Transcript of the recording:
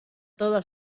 toda